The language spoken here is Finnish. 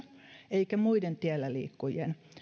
eikä muiden tielläliikkujien